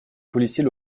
policiers